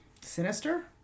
sinister